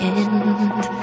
end